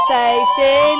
safety